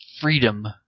freedom